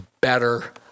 better